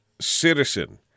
citizen